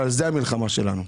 ועל זה המלחמה שלנו.